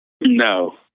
No